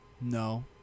No